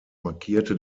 markierte